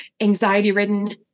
anxiety-ridden